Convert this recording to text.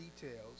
details